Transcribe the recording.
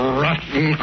rotten